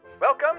Welcome